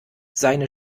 seine